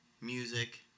music